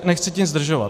Nechci tím zdržovat.